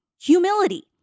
Humility